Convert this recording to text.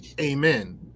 Amen